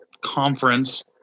conference